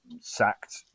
sacked